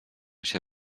się